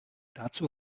dazu